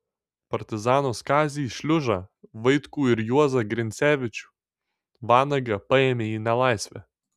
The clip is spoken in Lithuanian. partizanus kazį šliužą vaitkų ir juozą grincevičių vanagą paėmė į nelaisvę